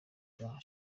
bwa